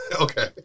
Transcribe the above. okay